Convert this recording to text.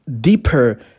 deeper